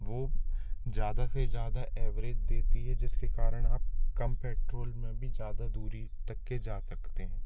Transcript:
वो ज़्यादा से ज़्यादा एवरेज देती है जिसके कारण आप कम पेट्रोल में भी ज़्यादा दूरी तक के जा सकते हैं